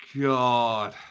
God